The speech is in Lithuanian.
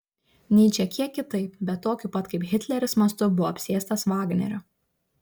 nyčė kiek kitaip bet tokiu pat kaip hitleris mastu buvo apsėstas vagnerio